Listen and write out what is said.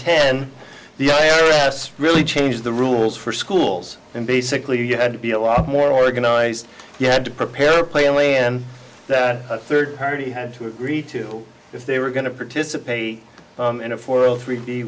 ten the i r s really changed the rules for schools and basically you had to be a lot more organized you have to prepare plainly a third party had to agree to if they were going to participate in a four all three d